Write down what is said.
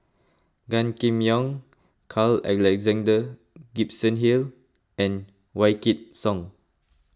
Gan Kim Yong Carl Alexander Gibson Hill and Wykidd Song